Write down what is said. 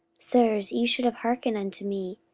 sirs, ye should have hearkened unto me,